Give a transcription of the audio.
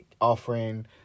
offering